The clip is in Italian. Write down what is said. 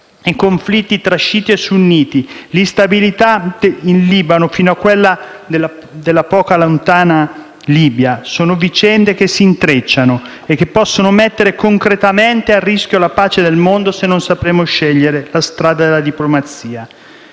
i conflitti tra sciiti e sunniti, l'instabilità in Libano fino a quella della poco lontana Libia sono vicende che si intrecciano e che possono mettere concretamente a rischio la pace nel mondo, se non sapremo scegliere la strada della diplomazia.